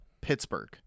Pittsburgh